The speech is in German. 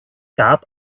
gab